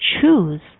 choose